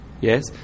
yes